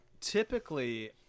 typically